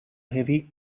heavy